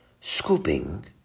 Scooping